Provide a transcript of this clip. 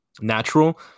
natural